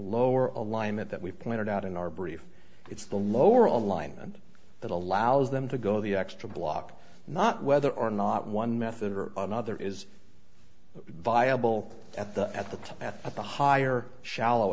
lower alignment that we pointed out in our brief it's the lower on line and that allows them to go the extra block not whether or not one method or another is viable at the at the top at the higher shallow